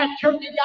turkey